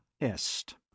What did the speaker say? est